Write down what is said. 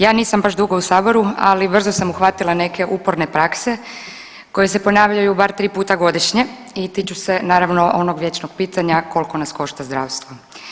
Ja nisam baš dugo u saboru, ali brzo sam uhvatila neke uporne prakse koje se ponavljaju bar tri puta godišnje i tiču se naravno onog vječnog pitanja kolko nas košta zdravstvo.